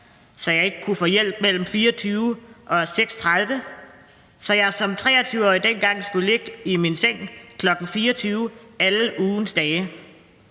så jeg ikke kunne få hjælp mellem kl. 24 og kl. 6.30, så jeg som 23-årig dengang skulle ligge i min seng kl. 24 alle ugens dage.